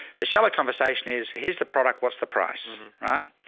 the shallow conversation is, here's the product, what's the price? right?